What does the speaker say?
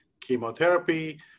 chemotherapy